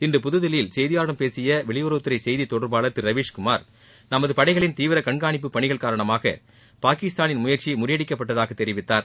இன்று புதுதில்லியில் செய்தியாளர்களிடம் பேசிய வெளியுறவுத் துறை செய்தித் தொடர்பாளர் திரு ரவீஷ் குமார் நமது படைகளின் தீவிர கண்காணிப்பு பணிகள் காரணமாக பாகிஸ்தானின் முயற்சி முறியடிக்கப்பட்டதாக தெரிவித்தார்